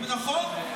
נכון.